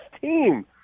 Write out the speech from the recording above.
team